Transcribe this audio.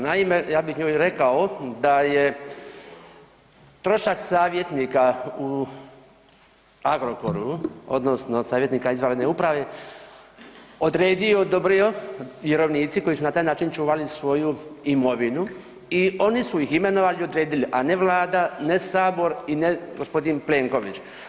Naime, ja bih njoj rekao da je trošak savjetnika u Agrokoru, odnosno savjetnika izvanredne uprave odredio, odobrio vjerovnici koji su na taj način čuvali svoju imovinu i oni su ih imenovali i odredili, a ne Vlada, ne Sabor i ne g. Plenković.